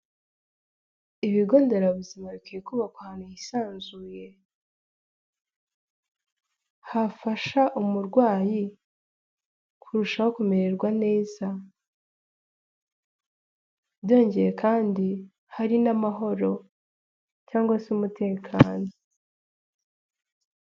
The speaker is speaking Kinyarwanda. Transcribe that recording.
Ibigo nderabuzima bikwiye kubakwa ahantu hisanzuye, hafasha umurwayi kurushaho kumererwa neza, byongeye kandi hari n'amahoro cyangwa se umutekano.